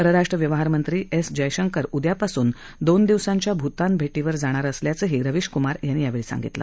परराष्ट्र व्यवहारमंत्री एस शयशंकर उद्यापासून दोन दिवसांच्या भूतान भेटीवर जाणार असल्याचंही रविश कुमार यांनी यावेळी सांगितलं